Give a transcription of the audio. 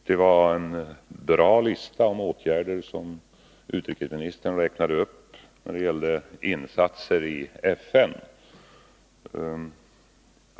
Det var en bra lista över åtgärder som utrikesministern föredrog när det gäller insatser i FN.